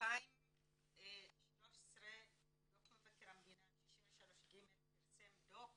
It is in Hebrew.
ב-2013 דו"ח מבקר המדינה 63.ג פרסם דו"ח